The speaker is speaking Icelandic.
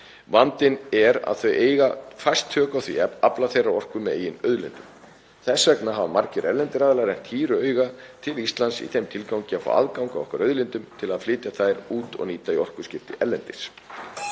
Vandinn er að þau eiga fæst tök á því að afla þeirrar orku með eigin auðlindum. Þess vegna hafa margir erlendir aðilar rennt hýru auga til Íslands í þeim tilgangi að fá aðgang að okkar auðlindum til að flytja þær út og nýta í orkuskipti erlendis.